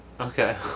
okay